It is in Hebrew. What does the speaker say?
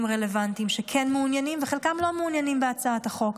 רלוונטיים שכן מעוניינים וחלקם לא מעוניינים בהצעת החוק,